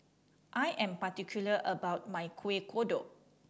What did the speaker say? I am particular about my Kuih Kodok